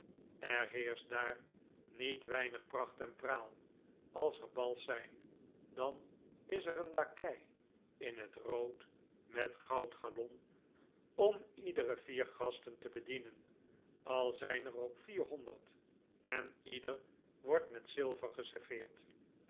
er heerscht daar niet weinig pracht en praal als er bals zijn dan is er een lakei in het rood met goudgalon om iedere vier gasten te bedienen al zijn er ook vierhonderd en ieder wordt met zilver geserveerd